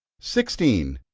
sixteen.